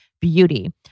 BEAUTY